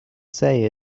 say